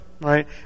right